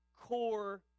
core